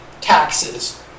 Taxes